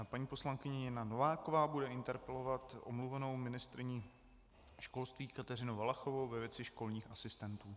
Paní poslankyně Nina Nováková bude interpelovat omluvenou ministryni školství Kateřinu Valachovou ve věci školních asistentů.